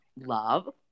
love